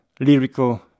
lyrical